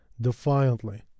defiantly